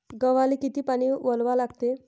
गव्हाले किती पानी वलवा लागते?